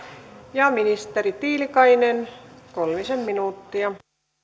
ja ministeri tiilikainen kolmisen minuuttia